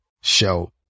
show